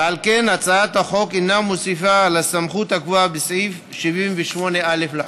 ולכן הצעת החוק אינה מוסיפה על הסמכות הקבועה בסעיף 78א לחוק.